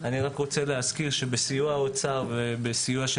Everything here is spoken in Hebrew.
אני רוצה להזכיר שבסיוע האוצר ובסיוע של